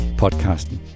podcasten